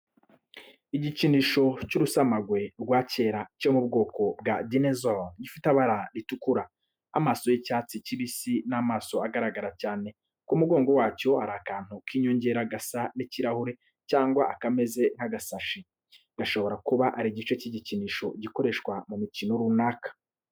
Igikinisho cy’urusamagwe rwa kera cyo mu bwoko bwa dinezoro gifite ibara ritukura, amano y’icyatsi kibisi n’amaso agaragara cyane. Ku mugongo wacyo hari akantu k’inyongera gasa n’ikirahure cyangwa akameze nk’agasashi, gashobora kuba ari igice cy’igikinisho gikoreshwa mu mikino runaka.